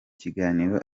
kiganiro